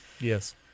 Yes